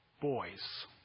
boys